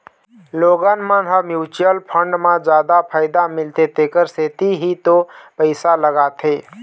लोगन मन ह म्युचुअल फंड म जादा फायदा मिलथे तेखर सेती ही तो पइसा लगाथे